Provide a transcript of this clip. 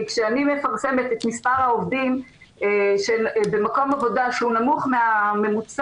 כשאני מפרסמת את מספר העובדים במקום עבודה שהוא נמוך מהממוצע,